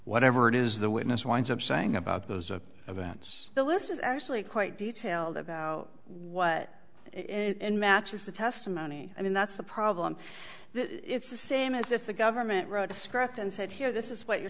whatever it is the witness winds up saying about those events the list is actually quite detailed about what in matches the testimony i mean that's the problem it's the same as if the government wrote a script and said here this is what your